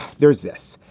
there's this.